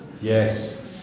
Yes